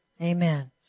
Amen